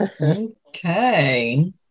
Okay